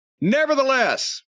Nevertheless